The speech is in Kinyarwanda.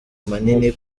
manini